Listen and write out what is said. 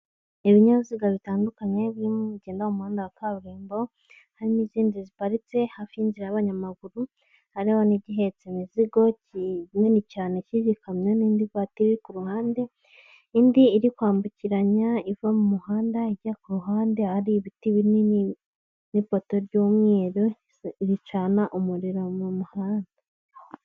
Ibinyabiziga bitandukanye birimo bigenda mu muhanda wa kaburimbo, harimo izindi ziparitse hafi y'inzira y'abanyamaguru, hariho n'igihetse imizigo kinini cyane cy'igikamyo n'indi vatiri iri ku ruhande, indi iri kwambukiranya iva mu muhanda ijya ku ruhande hari ibiti binini n'ipoto ry'umweru ricana umuriro mu muhanda.